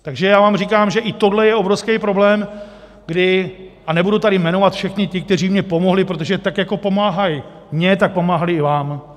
Takže já vám říkám, že i tohle je obrovský problém a nebudu tady jmenovat všechny ty, kteří mně pomohli, protože tak jako pomáhají mně, tak pomáhali i vám.